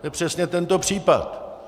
To je přesně tento případ.